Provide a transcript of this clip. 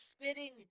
spitting